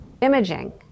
Imaging